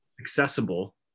accessible